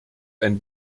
ein